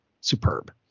superb